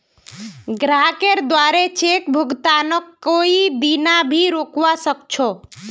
ग्राहकेर द्वारे चेक भुगतानक कोई दीना भी रोकवा सख छ